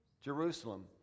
Jerusalem